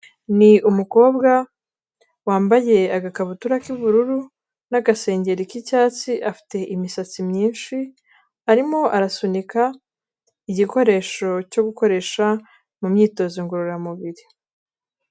Ni umukobwa, wambaye agakabutura k'ubururu, n'agasengeri k'icyatsi, afite imisatsi myinshi, arimo arasunika igikoresho cyo gukoresha mu myitozo ngororamubiri.